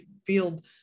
field